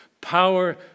Power